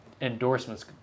endorsements